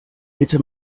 bitte